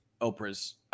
Oprah's